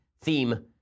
theme